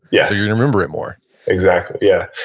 yeah so you remember it more exactly. yeah.